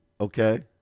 okay